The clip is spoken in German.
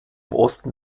osten